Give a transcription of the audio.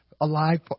alive